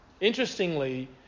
Interestingly